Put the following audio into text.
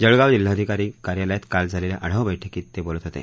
जळगाव जिल्हाधिकारी कार्यालयात काल झालेल्या आढावा बैठकीत ते बोलत होते